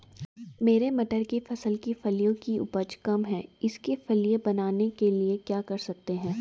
मेरी मटर की फसल की फलियों की उपज कम है इसके फलियां बनने के लिए क्या कर सकते हैं?